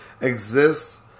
exists